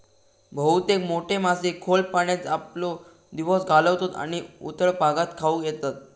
बहुतेक मोठे मासे खोल पाण्यात आपलो दिवस घालवतत आणि उथळ भागात खाऊक येतत